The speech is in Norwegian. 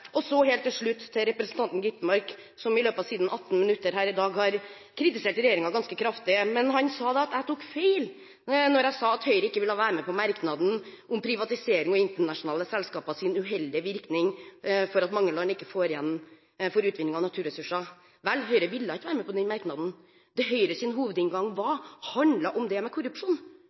Helt til slutt til representanten Skovholt Gitmark, som i løpet av sine 18 minutter her i dag har kritisert regjeringen ganske kraftig. Han sa at jeg tok feil da jeg sa at Høyre ikke ville være med på merknaden om privatisering og internasjonale selskapers uheldige virkning ved at mange land ikke får igjen for utvinning av sine naturressurser. Høyre ville ikke være med på den merknaden. Høyres hovedinngang handlet om korrupsjon – det var det som var hovedinngangen. De hadde atskillige svakere formuleringer om